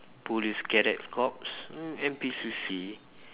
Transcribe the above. police cadet corps mm N_P_C_C